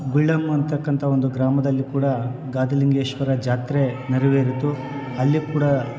ಗುಳ್ಳೆಮ್ ಅಂತಕ್ಕಂಥ ಒಂದು ಗ್ರಾಮದಲ್ಲಿ ಕೂಡ ಗಾದಿಲಿಂಗೇಶ್ವರ ಜಾತ್ರೆ ನೆರವೇರಿತು ಅಲ್ಲಿ ಕೂಡ